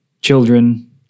children